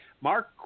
Mark